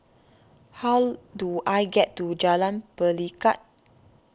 how do I get to Jalan Pelikat